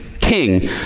king